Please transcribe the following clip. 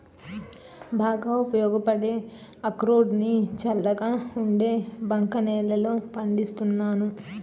బాగా ఉపయోగపడే అక్రోడ్ ని చల్లగా ఉండే బంక నేలల్లో పండిస్తున్నాను